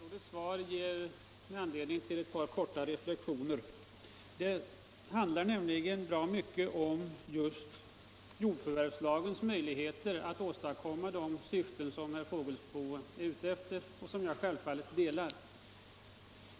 Herr talman! Herr Fågelsbos fråga liksom statsrådets svar ger mig anledning till ett par reflexioner. De handlar nämligen båda bra mycket om jordförvärvslagens möjligheter att uppnå de syften som herr Fågelsbo efterlyser, en önskan som jag självfallet delar.